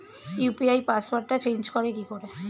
UPI পাসওয়ার্ডটা change করে কি করে?